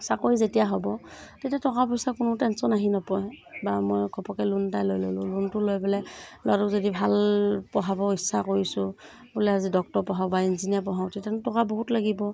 চাকৰি যেতিয়া হ'ব তেতিয়া টকা পইচাৰ কোনো টেনশ্যন আহি নপৰে বা মই ঘপককৈ লোন এটাই লৈ ল'লোঁ লোনটো লৈ পেলাই ল'ৰাটোক যদি ভাল পঢ়াব ইচ্ছা কৰিছোঁ বোলে আজি ডক্তৰ পঢ়াব বা ইঞ্জিনিয়াৰ পঢ়াওঁ তেতিয়াহ'লেতো টকা বহুত লাগিব